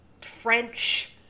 French